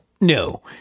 No